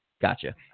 Gotcha